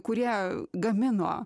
kurie gamino